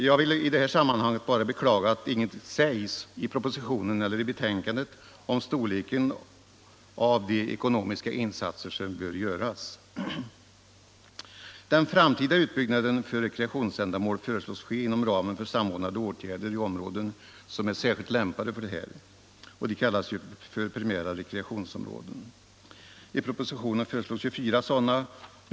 Jag vill i detta sammanhang bara beklaga att ingenting sägs, vare sig i propositionen eller i betänkandet, om storleken av de ekonomiska insatser som bör göras. Den framtida utbyggnaden för rekreationsändamål föreslås ske inom ramen för samordnade åtgärder i områden som är särskilt lämpade för detta. Dessa kallas för primära rekreationsområden. I propositionen föreslogs 24 sådana områden.